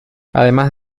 además